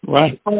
Right